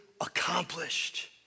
accomplished